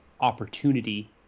opportunity